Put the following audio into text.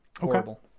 Horrible